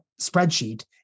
spreadsheet